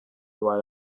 while